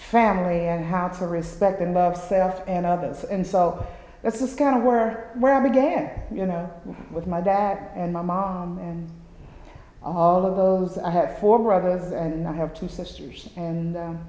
family and how to respect enough self and others and so that's was kind of were where i began you know with my that and my mom and all of those i have four brothers and i have two sisters and